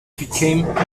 became